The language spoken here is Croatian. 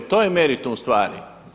To je meritum stvari.